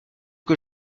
que